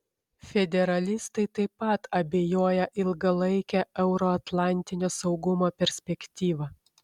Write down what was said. federalistai taip pat abejoja ilgalaike euroatlantinio saugumo perspektyva